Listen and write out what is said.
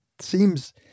seems